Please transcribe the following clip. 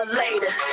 later